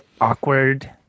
awkward